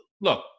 Look